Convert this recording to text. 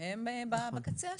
שהם בקצה השני.